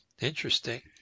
Interesting